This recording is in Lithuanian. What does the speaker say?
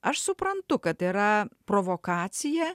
aš suprantu kad yra provokacija